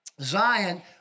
Zion